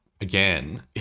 again